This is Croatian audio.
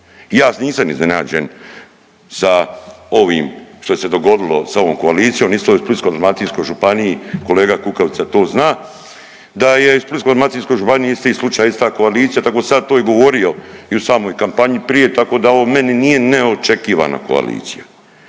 Ja nisam iznenađen sa ovim što se je dogodilo sa ovom koalicijom, isto u Splitsko-dalmatinskoj županiji kolega Kukavica to zna da je u Splitsko-dalmatinskoj županiji isti slučaj, ista koalicija tako sam ja to i govorio i u samoj kampanji prije tako da ovo meni nije neočekivana koalicija.